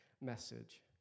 message